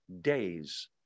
days